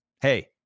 hey